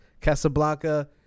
Casablanca